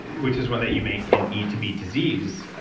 which is one that you make in eat to beat disease,